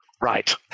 Right